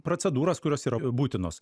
procedūras kurios yra būtinos